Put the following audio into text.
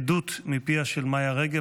עדות מפיה של מיה רגב,